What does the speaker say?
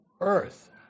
earth